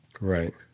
Right